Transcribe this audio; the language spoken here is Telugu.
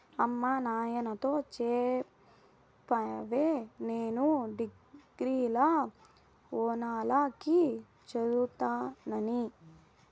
అమ్మ నాయనతో చెప్పవే నేను డిగ్రీల ఓనాల కి చదువుతానని